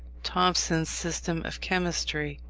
thompson's system of chemistry.